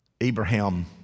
Abraham